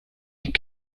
die